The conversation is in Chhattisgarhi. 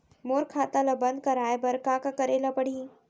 मोर खाता ल बन्द कराये बर का का करे ल पड़ही?